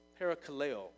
Parakaleo